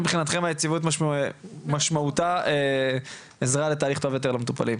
מבחינתכם היציבות משמעותה עזרה לתהליך טוב יותר למטופלים,